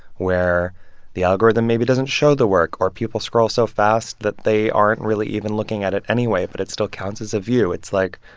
where the algorithm maybe doesn't show the work, or people scroll so fast that they aren't really even looking at it anyway, but it still counts as a view. it's like,